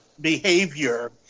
behavior